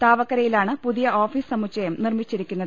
താവക്കരയി ലാണ് പുതിയ ഓഫീസ് സമുച്ചയം നിർമ്മിച്ചിരിക്കുന്നത്